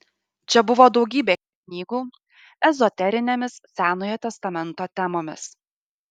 čia buvo daugybė knygų ezoterinėmis senojo testamento temomis